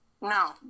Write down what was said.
No